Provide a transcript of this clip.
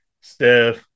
Steph